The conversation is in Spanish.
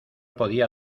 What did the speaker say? podía